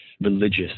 religious